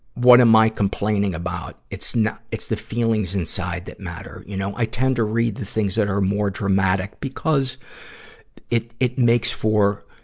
what am i complaining about. it's not, it's the feelings inside that matter. you know, i tend to read the things that are more dramatic, because it, it makes for,